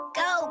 go